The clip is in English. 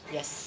Yes